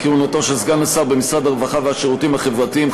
כי כהונתו של סגן השר במשרד הרווחה והשירותים החברתיים,